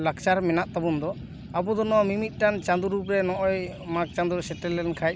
ᱞᱟᱠᱪᱟᱨ ᱢᱮᱱᱟᱜ ᱛᱟᱵᱚᱱ ᱫᱚ ᱟᱵᱚ ᱫᱚ ᱱᱚᱣᱟ ᱢᱤᱢᱤᱫ ᱴᱟᱝ ᱪᱟᱸᱫᱳ ᱨᱩᱯ ᱨᱮ ᱱᱚᱜ ᱚᱭ ᱢᱟᱜᱽ ᱪᱟᱸᱫᱳ ᱥᱮᱴᱮᱨ ᱞᱮᱱᱠᱷᱟᱱ